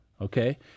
Okay